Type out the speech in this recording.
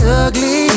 ugly